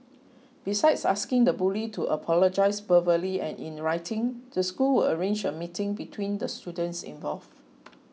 besides asking the bully to apologise verbally and in writing the school will arrange a meeting between the students involved